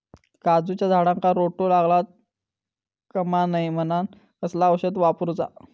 काजूच्या झाडांका रोटो लागता कमा नये म्हनान कसला औषध वापरूचा?